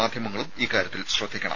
മാധ്യമങ്ങളും ഇക്കാര്യത്തിൽ ശ്രദ്ധിക്കണം